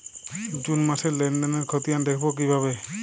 June মাসের লেনদেনের খতিয়ান দেখবো কিভাবে?